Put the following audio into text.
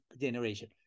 generation